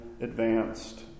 advanced